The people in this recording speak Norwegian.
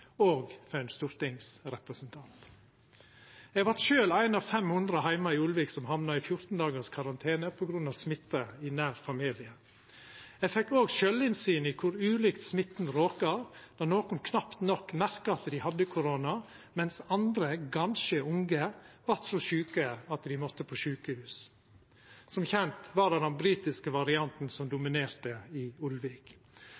for ein stortingsrepresentant. Eg vart sjølv éin av 500 heime i Ulvik som hamna i 14 dagars karantene på grunn av smitte i nær familie. Eg fekk òg sjølv innsyn i kor ulikt smitten råka, då nokon knapt nok merka at dei hadde korona, medan andre, ganske unge, vart så sjuke at dei måtte på sjukehus. Som kjent var det den britiske varianten som